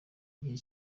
gihe